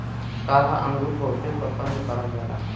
काला अंगुर बहुते पसन्द करल जाला